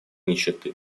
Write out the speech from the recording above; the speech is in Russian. нищеты